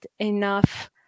enough